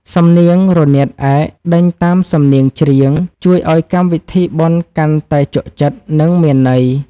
សំនៀងរនាតឯកដេញតាមសំនៀងច្រៀង ជួយឱ្យកម្មវិធីបុណ្យកាន់តែជក់ចិត្ត និងមានន័យ។